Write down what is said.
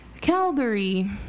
Calgary